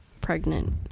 pregnant